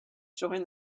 join